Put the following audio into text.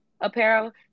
apparel